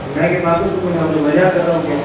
मैं क्या पागल हूँ कोई मैं आप से मजाक कर रहा हूँ क्या